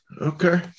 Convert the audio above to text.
okay